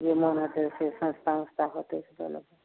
जेनामे हेतै से सस्ता उस्ता होतै तऽ लऽ लेबै